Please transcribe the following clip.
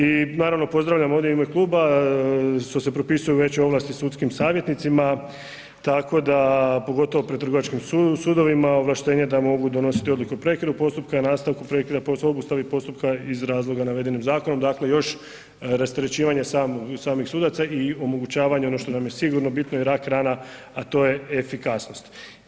I naravno pozdravljam ovdje u ime kluba što se propisuju veće ovlasti sudskim savjetnicima, tako da, pogotovo pred trgovačkim sudovima, ovlaštenje da mogu donositi odluke o prekidu postupka, nastavku prekida postupka, obustavi postupka iz razloga navedenim zakonom, dakle još rasterećivanje samih sudaca i omogućavanje onoga što nam je sigurno bitno i rak rana a to je efikasnost.